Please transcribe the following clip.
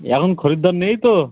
এখন খরিদ্দার নেই তো